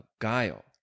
Guile